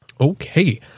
Okay